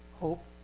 hope